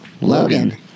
Logan